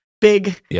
big